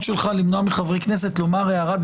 שלך למנוע מחברי כנסת לומר הערת ביניים